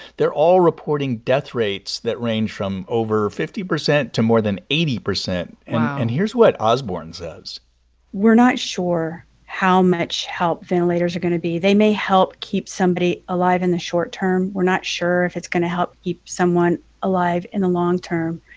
they're all reporting death rates that range from over fifty percent to more than eighty percent and here's what osborn says we're not sure how much help ventilators are going to be. they may help keep somebody alive in the short term. we're not sure if it's going to help keep someone alive in the long term.